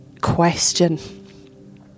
question